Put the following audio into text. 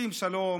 שרוצים שלום,